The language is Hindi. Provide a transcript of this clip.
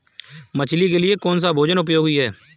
मछली के लिए कौन सा भोजन उपयोगी है?